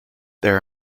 there